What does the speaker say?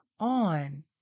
on